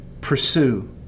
Pursue